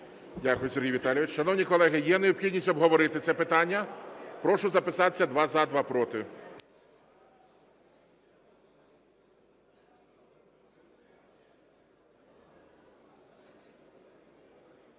Дякую, Сергій Віталійович. Шановні колеги, є необхідність обговорити це питання? Прошу записатися: два – за, два – проти.